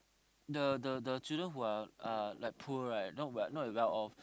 the the the children who are uh like poor right not but not as well off